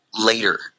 later